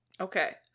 Okay